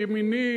ימיני,